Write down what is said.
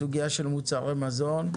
בסוגיה של מוצרי מזון.